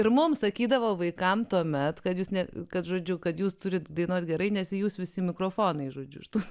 ir mums sakydavo vaikams tuomet kad jūs ne kad žodžiu kad jūs turite dainuoti gerai nes jūs visi mikrofonai žodžiu štai